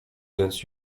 więc